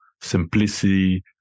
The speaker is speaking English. simplicity